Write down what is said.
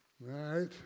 Right